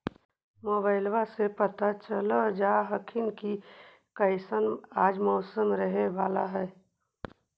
मोबाईलबा से पता चलिये जा हखिन की कैसन आज मौसम रहे बाला है?